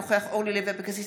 אינו נוכח אורלי לוי אבקסיס,